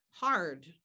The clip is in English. hard